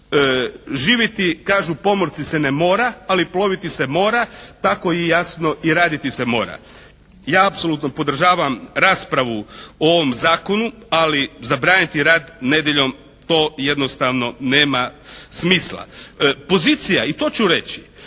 Živjeti kažu pomorci se ne mora, ali ploviti se mora. Tako i jasno i raditi se mora. Ja apsolutno podržavam raspravu o ovom zakonu, ali zabraniti rad nedjeljom to jednostavno nema smisla. Pozicija, i to ću reći